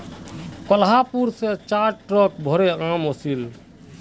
कोहलापुर स चार ट्रक भोरे आम ओसील